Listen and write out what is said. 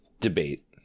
debate